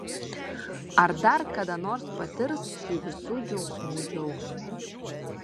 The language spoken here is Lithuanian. ar dar kada nors patirs šį visų džiaugsmų džiaugsmą